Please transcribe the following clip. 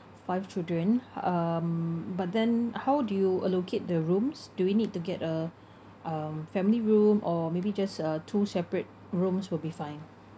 five children um but then how do you allocate the rooms do we need to get a um family room or maybe just uh two separate rooms will be fine